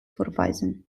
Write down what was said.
vorweisen